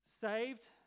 saved